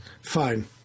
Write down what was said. Fine